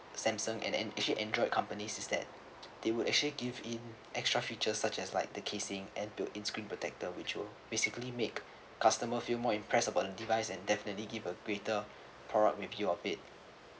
Samsung and an actually Android companies is that they will actually give in extra features such as like the casing and built-in screen protector feature basically make customer feel more impressed about device and definitely give a greater product review on it